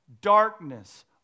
darkness